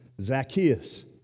Zacchaeus